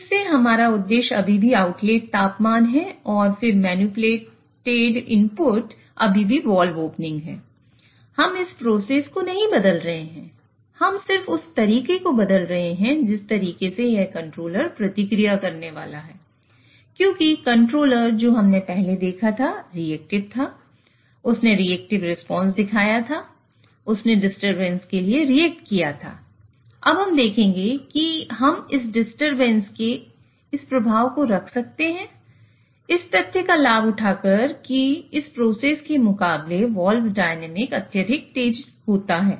फिर से हमारा उद्देश्य अभी भी आउटलेट तापमान है और फिर मैनिपुलेटेड इनपुट अत्यधिक तेज होती है